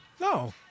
No